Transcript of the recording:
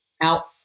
out